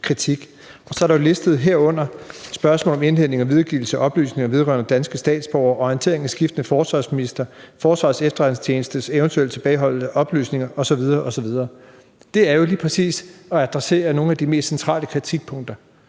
kritik, herunder spørgsmål om mulig indhentning og videregivelse af oplysninger vedrørende danske statsborgere, orientering af skiftende forsvarsministre, Forsvarets Efterretningstjenestes eventuelle tilbageholdelse af oplysninger ...« osv. osv. Det er vel lige præcis at adressere nogle af de mest centrale kritikpunkter.